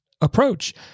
approach